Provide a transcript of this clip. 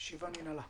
הישיבה ננעלה.